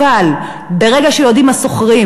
וברגע שהשוכרים